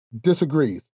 disagrees